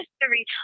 history